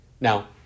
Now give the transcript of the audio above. Now